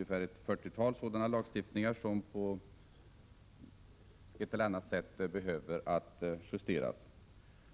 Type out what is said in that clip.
Ett fyrtiotal lagar behöver på ett eller annat sätt justeras.